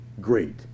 great